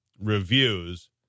reviews